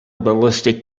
ballistic